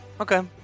Okay